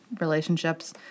relationships